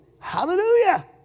Hallelujah